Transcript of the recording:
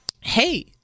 Hey